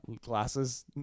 Glasses